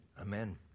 Amen